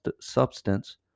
substance